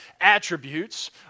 Attributes